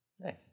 Nice